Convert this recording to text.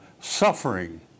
suffering